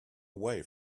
away